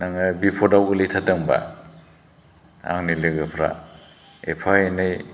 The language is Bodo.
नोङो बिफदआव गोग्लैथारदोंबा आंनि लोफोफोरा एफा एनै